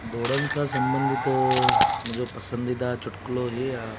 ॾोड़नि सां संबंधित मुंहिंजो पसंदीदा चुटकुलो इहे आहे